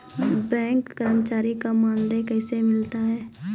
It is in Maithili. बैंक कर्मचारी का मानदेय कैसे मिलता हैं?